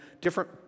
different